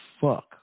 fuck